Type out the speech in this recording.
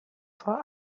for